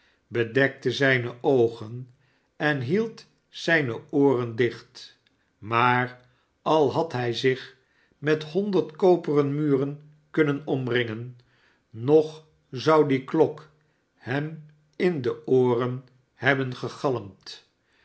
bedekte zijne oogen en hield zijne ooren dicht maar al had hij zich met honderd koperen muren kunnen omringen nog zou die klok hem in de ooren hebben gegalmd